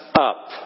up